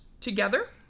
together